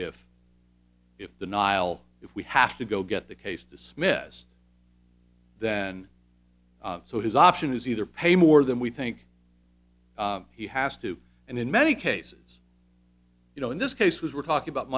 if if denial if we have to go get the case dismissed then so is option is either pay more than we think he has to and in many cases you know in this case was we're talking about